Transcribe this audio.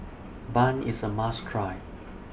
Bun IS A must Try